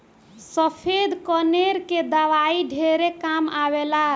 सफ़ेद कनेर के दवाई ढेरे काम आवेल